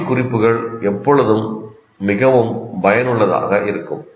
காட்சி குறிப்புகள் எப்போதும் மிகவும் பயனுள்ளதாக இருக்கும்